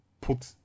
put